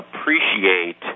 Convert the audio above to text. appreciate